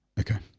okay.